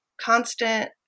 constant